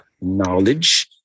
knowledge